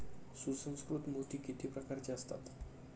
सुसंस्कृत मोती किती प्रकारचे असतात?